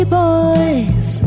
boys